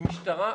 המשטרה,